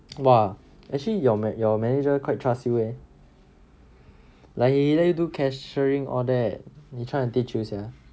!wah! actually your man~ your manager quite trust you leh like he let you do cashiering all that he try to teach you sia